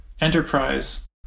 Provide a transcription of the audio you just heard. enterprise